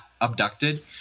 abducted